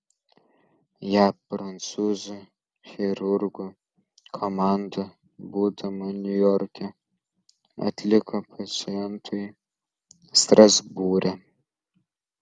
ją prancūzų chirurgų komanda būdama niujorke atliko pacientui strasbūre